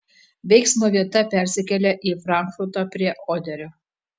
veiksmo vieta persikelia į frankfurtą prie oderio